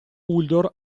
uldor